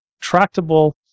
tractable